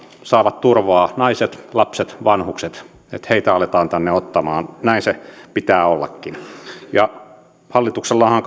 saavat turvaa naiset lapset vanhukset että heitä aletaan tänne ottamaan näin sen pitää ollakin hallituksellahan on